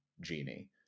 Genie